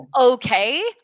Okay